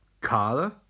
Carla